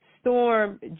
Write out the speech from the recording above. Storm